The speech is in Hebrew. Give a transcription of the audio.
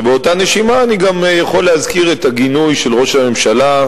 ובאותה נשימה אני גם יכול להזכיר את הגינוי של ראש הממשלה,